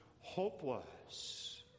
hopeless